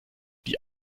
die